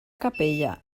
capella